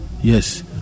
Yes